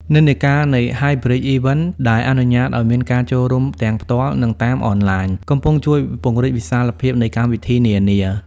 និន្នាការនៃ "Hybrid Events" ដែលអនុញ្ញាតឱ្យមានការចូលរួមទាំងផ្ទាល់ និងតាមអនឡាញ កំពុងជួយពង្រីកវិសាលភាពនៃកម្មវិធីនានា។